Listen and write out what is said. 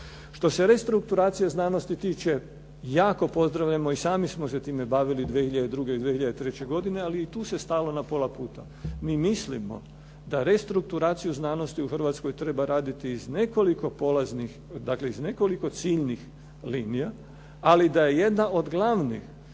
Što se restrukturacije znanosti tiče, jako pozdravljamo i sami smo se time bavili 2002. i 2003. godine, ali i tu se stalo na pola puta. Mi mislimo da restrukturaciju znanosti u Hrvatskoj treba raditi iz nekoliko polaznih, dakle iz nekoliko ciljnih linija, ali da je jedna od glavnih